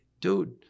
dude